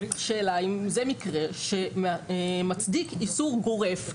השאלה אם זה מקרה שמצדיק איסור גורף.